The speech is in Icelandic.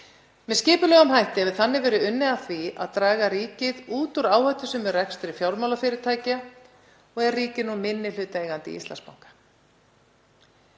Með skipulegum hætti hefur þannig verið unnið að því að draga ríkið út úr áhættusömum rekstri fjármálafyrirtækja og er ríkið nú minnihlutaeigandi í Íslandsbanka.